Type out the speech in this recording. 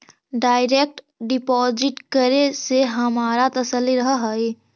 direct deposit करे से हमारा तसल्ली रहअ हई